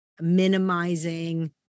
minimizing